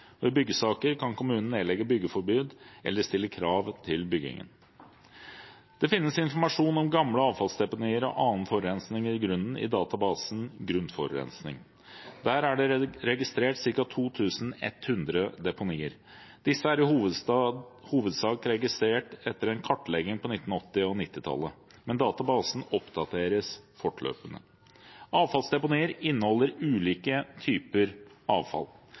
Ved byggesaker kan kommunen nedlegge byggeforbud eller stille krav til byggingen. Det finnes informasjon om gamle avfallsdeponier og annen forurensning i grunnen i databasen «Grunnforurensning». Der er det registrert ca. 2 100 deponier. Disse er i hovedsak registrert etter en kartlegging på 1980- og 1990-tallet, men databasen oppdateres fortløpende. Avfallsdeponier inneholder ulike typer avfall.